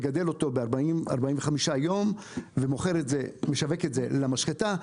מגדל אותו 40-45 יום ומשווק את זה למשחטה.